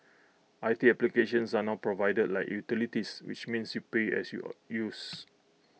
I T applications are now provided like utilities which means you pay as your use